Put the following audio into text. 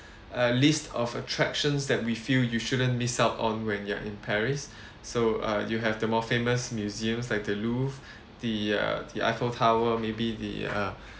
a list of attractions that we feel you shouldn't miss out on when you are in paris so uh you have the more famous museums like the louvre the uh the eiffel tower maybe the uh